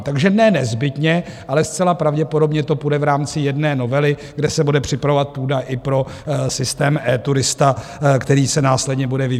Takže ne nezbytně, ale zcela pravděpodobně to půjde v rámci jedné novely, kde se bude připravovat půda i pro systém eTurista, který se následně bude vyvíjet.